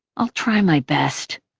i'll try my best.